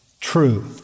true